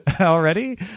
already